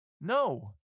No